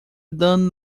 andando